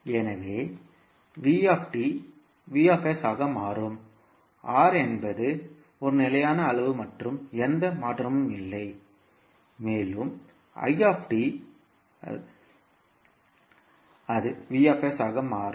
எனவே v V ஆக மாறும் R என்பது ஒரு நிலையான அளவு மற்றும் எந்த மாற்றமும் இல்லை மேலும் அது V ஆக மாற்றப்படும்